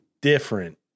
different